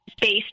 based